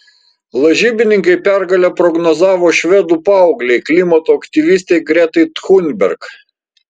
lažybininkai pergalę prognozavo švedų paauglei klimato aktyvistei gretai thunberg